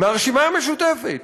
מהרשימה המשותפת.